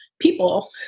people